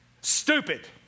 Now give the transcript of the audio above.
stupid